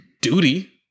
duty